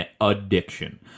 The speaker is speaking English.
addiction